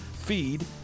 feed